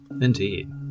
Indeed